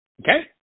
okay